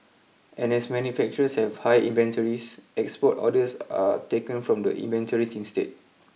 and as manufacturers have high inventories export orders are taken from the inventories instead